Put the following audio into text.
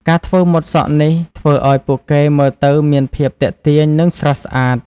ការធ្វើម៉ូតសក់នេះធ្វើឱ្យពួកគេមើលទៅមានភាពទាក់ទាញនិងស្រស់ស្អាត។